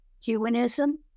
humanism